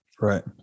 Right